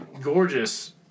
gorgeous